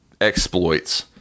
exploits